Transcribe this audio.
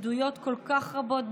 עדויות כל כך רבות,